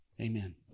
Amen